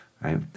Right